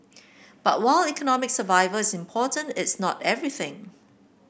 but while economic survival is important it's not everything